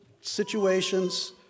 situations